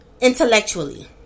Intellectually